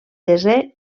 desè